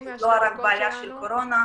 רק בעיה של קורונה,